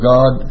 God